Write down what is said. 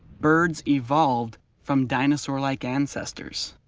birds evolved from dinosaur-like ancestors.